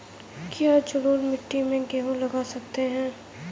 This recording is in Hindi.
क्या जलोढ़ मिट्टी में गेहूँ लगा सकते हैं?